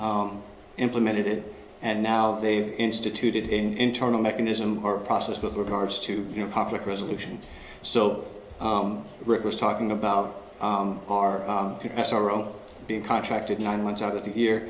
implemented it and now they've instituted in internal mechanism or process with regards to you know conflict resolution so it was talking about our sorrow being contracted nine months out of the year